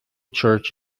church